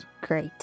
great